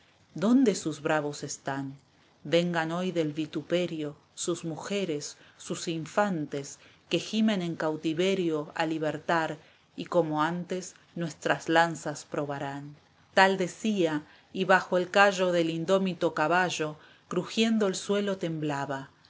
dónde sus bravos están vengan hoy del vituperio ranchos cabanas pajizas de nuestros campos la cautiva sus mujeres sus infantes que gimen en cautiverio a libertar y como antes nuestran lanzas probarán tal decía y bajo el callo de indómito caballo crujiendo el suelo temblaba